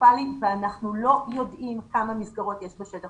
קטסטרופלי ואנחנו לא יודעים כמה מסגרות יש בשטח.